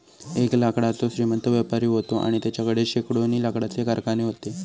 एक लाकडाचो श्रीमंत व्यापारी व्हतो आणि तेच्याकडे शेकडोनी लाकडाचे कारखाने व्हते